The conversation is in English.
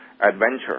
Adventure